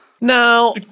Now